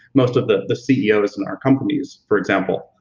most of the the ceos in our companies, for example,